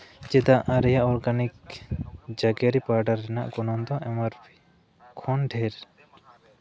ᱪᱮᱫᱟᱜ ᱟᱨᱮᱭᱟ ᱚᱨᱜᱟᱱᱤᱠ ᱡᱟᱜᱮᱨᱤ ᱯᱟᱣᱰᱟᱨ ᱨᱮᱱᱟᱜ ᱜᱚᱱᱚᱝ ᱫᱚ ᱮᱢ ᱟᱨ ᱯᱤ ᱠᱷᱚᱱ ᱰᱷᱮᱨ